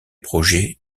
projets